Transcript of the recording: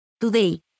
Today